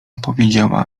powiedziała